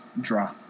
draw